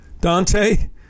Dante